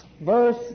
verse